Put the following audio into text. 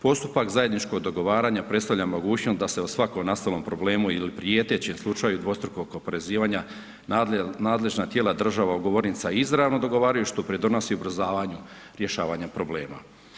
Postupak zajedničkog dogovaranja predstavlja mogućnost da se o svakom nastalom problemu ili prijetećem slučaju dvostrukog oporezivanja, nadležna tijela država ugovornica izravno dogovaraju, što pridonosi ubrzavanju rješavanja problema.